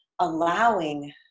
allowing